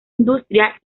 industria